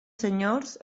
senyors